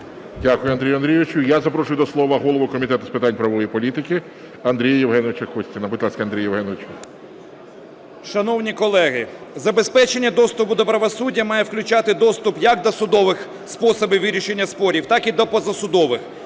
Дякую, Андрій Андрійович. Я запрошую до слова голову Комітету з питань правової політики Андрія Євгеновича Костіна. Будь ласка, Андрій Євгенович. 13:36:34 КОСТІН А.Є. Шановні колеги, забезпечення доступу до правосуддя має включати доступ як до судових способів вирішення спорів, так і до позасудових,